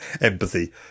empathy